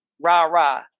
rah-rah